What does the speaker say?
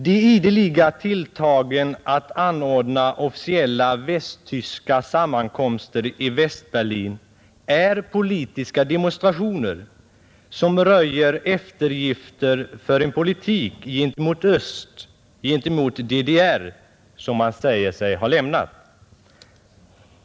De ideliga tilltagen att anordna officiella västtyska sammankomster i Västberlin är politiska demonstrationer som röjer eftergifter för en politik gentemot öst, gentemot DDR, som man säger sig ha lämnat.